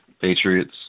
Patriots